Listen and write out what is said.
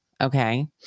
Okay